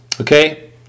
Okay